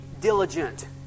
diligent